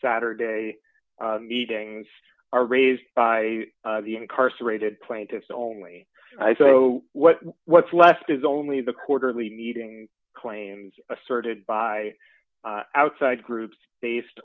saturday meetings are raised by the incarcerated plaintiffs only i so what's left is only the quarterly meeting claims asserted by outside groups based